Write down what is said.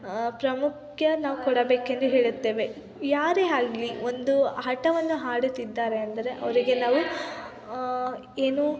ಪ್ರಾಮುಖ್ಯ ನಾವು ಕೊಡಬೇಕೆಂದು ಹೇಳುತ್ತೇವೆ ಯಾರೇ ಆಗ್ಲಿ ಒಂದು ಆಟವನ್ನು ಹಾಡುತ್ತಿದ್ದಾರೆ ಅಂದರೆ ಅವರಿಗೆ ನಾವು ಏನು